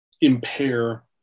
impair